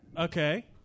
Okay